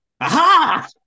aha